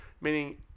meaning